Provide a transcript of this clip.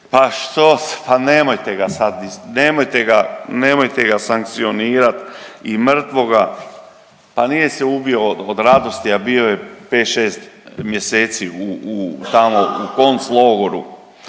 2008., 2009. pa što nemojte ga sankcionirat i mrtvoga, pa nije se ubio od radosti, a bio je pet, šest mjeseci tamo u konclogoru.